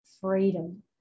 freedom